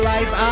Life